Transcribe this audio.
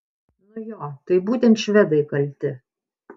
nu jo tai būtent švedai kalti